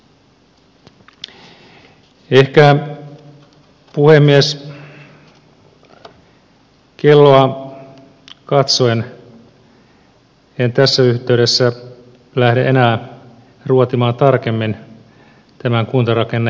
ehkä puhemies kelloa katsottua en tässä yhteydessä lähde enää ruotimaan tarkemmin tämän kuntarakennelakiesityksen sisältöä